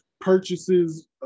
purchases